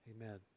Amen